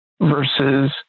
versus